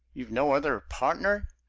you've no other partner?